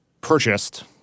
purchased